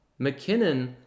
McKinnon